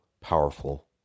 powerful